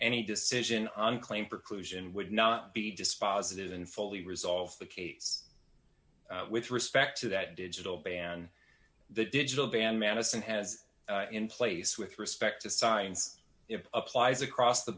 any decision on claim preclusion would not be dispositive and fully resolved the case with respect to that digital ban the digital ban manison has in place with respect to science it applies across the